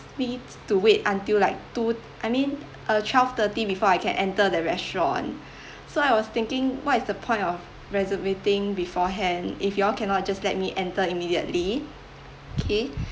me to wait until like two I mean uh twelve thirty before I can enter the restaurant so I was thinking what is the point of reservating beforehand if you all cannot just let me enter immediately K